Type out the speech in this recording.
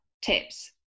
tips